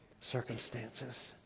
circumstances